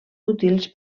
útils